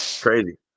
Crazy